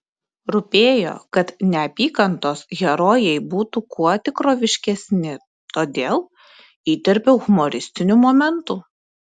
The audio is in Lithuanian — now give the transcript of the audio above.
rūpėjo kad neapykantos herojai būtų kuo tikroviškesni todėl įterpiau humoristinių momentų